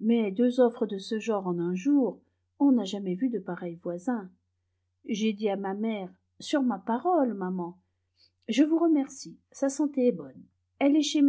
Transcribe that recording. mais deux offres de ce genre en un jour on n'a jamais vu de pareils voisins j'ai dit à ma mère sur ma parole maman je vous remercie sa santé est bonne elle est chez